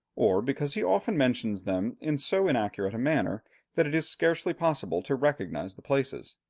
or because he often mentions them in so inaccurate a manner that it is scarcely possible to recognize the places.